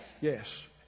Yes